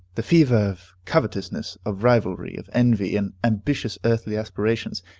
the fever of covetousness, of rivalry, of envy, and ambitious earthly aspirations,